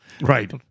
Right